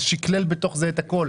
וזה שיקלל בתוכו את הכל.